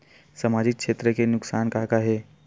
सामाजिक क्षेत्र के नुकसान का का हे?